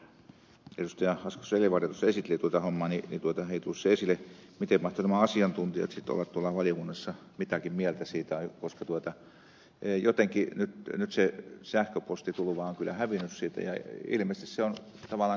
asko seljavaara esitteli tuota hommaa niin ei tullut se esille miten mahtoivat nämä asiantuntijat olla tuolla valiokunnassa mitäkin mieltä siitä koska jotenkin nyt se sähköpostitulva on kyllä hävinnyt ja ilmeisesti se on tavallaan hyväksytty